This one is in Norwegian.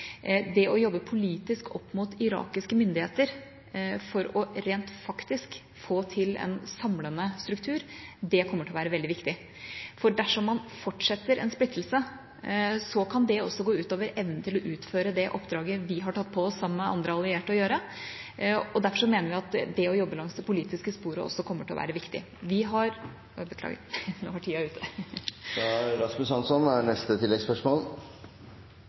Det å jobbe politisk opp mot irakiske myndigheter for rent faktisk å få til en samlende struktur, kommer til å være veldig viktig, for dersom man fortsetter en splittelse, kan det også gå ut over evnen til å utføre det oppdraget vi har tatt på oss sammen med andre allierte å gjøre. Derfor mener vi at det å jobbe langs det politiske sporet også kommer til å være viktig. Rasmus Hansson – til oppfølgingsspørsmål. Miljøpartiet De Grønne har